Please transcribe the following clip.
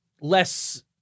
less